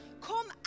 come